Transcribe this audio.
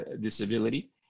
disability